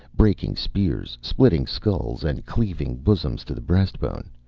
breaking spears, splitting skulls and cleaving bosoms to the breast-bone,